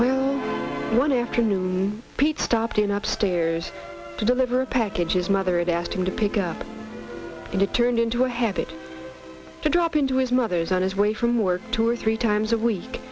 but one afternoon pete stopped in up stairs to deliver packages mother had asked him to pick up and it turned into a habit to drop into his mothers on his way from work two or three times a week